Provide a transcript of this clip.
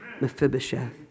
Mephibosheth